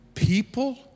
People